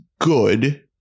good